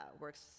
works